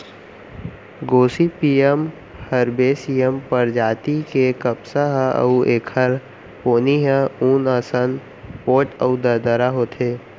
Gossypium herbaceum परजाति के कपसा ह अउ एखर पोनी ह ऊन असन पोठ अउ दरदरा होथे